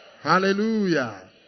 Hallelujah